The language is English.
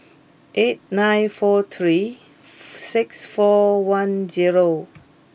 eight nine four three six four one zero